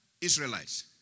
Israelites